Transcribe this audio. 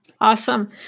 Awesome